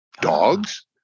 dogs